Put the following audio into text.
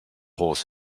horse